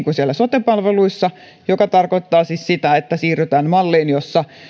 siellä sote palveluissa mikä tarkoittaa siis sitä että siirrytään malliin jossa